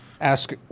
ask